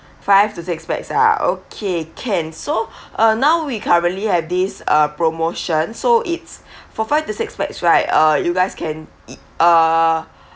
five to six pax ah okay can so uh now we currently have this uh promotion so it's for five to six pax right uh you guys can eat uh